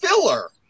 filler